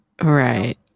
Right